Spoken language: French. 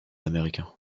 américain